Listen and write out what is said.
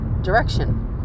direction